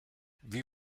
wie